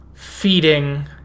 feeding